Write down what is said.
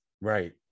Right